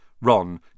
Ron